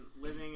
living